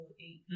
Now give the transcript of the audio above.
eight